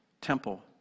temple